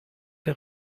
der